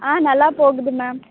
ஆ நல்லா போகுது மேம்